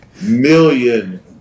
million